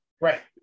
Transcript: Right